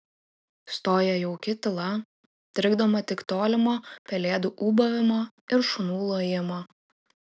stoja jauki tyla trikdoma tik tolimo pelėdų ūbavimo ir šunų lojimo